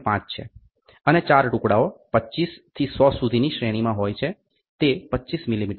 5 છે અને ચાર ટુકડાઓ 25 થી 100 સુધીની શ્રેણીમાં હોય તે 25 મિલીમીટર છે